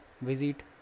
visit